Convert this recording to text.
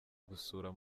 gusura